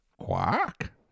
Quack